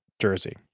Jersey